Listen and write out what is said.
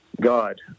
God